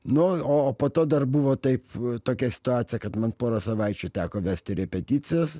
nu o o po to dar buvo taip tokia situacija kad man pora savaičių teko vesti repeticijas